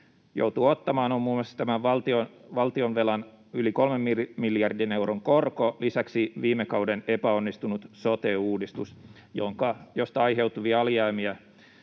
joutuu ottamaan, on muun muassa tämän valtionvelan yli kolme miljardin euron korko, lisäksi viime kauden epäonnistunut sote-uudistus, josta aiheutuvia alijäämiä